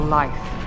life